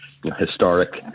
historic